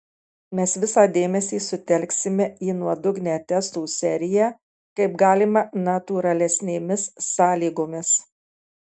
mes visą dėmesį sutelksime į nuodugnią testų seriją kaip galima natūralesnėmis sąlygomis